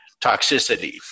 toxicity